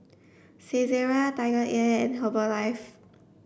Saizeriya TigerAir and Herbalife